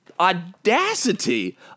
audacity